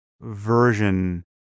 version